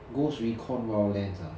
ghost recon wildlands ah